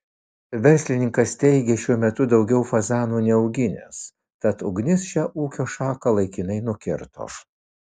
verslininkas teigė šiuo metu daugiau fazanų neauginęs tad ugnis šią ūkio šaką laikinai nukirto